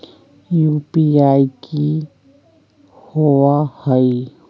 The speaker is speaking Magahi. यू.पी.आई कि होअ हई?